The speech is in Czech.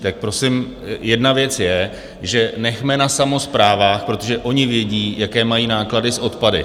Tak prosím, jedna věc je, že nechme to na samosprávách, protože ony vědí, jaké mají náklady s odpady.